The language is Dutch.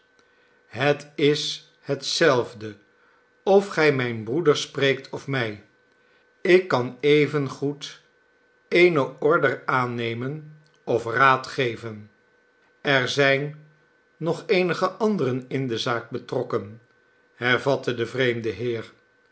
het is hetzelfde of gij mijn broeder spreekt of mij ik kan evengoed eene order aannemen of raad geven er zijn nog eenige anderen in de zaak betrokken hervatte de vreemde heer